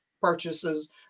purchases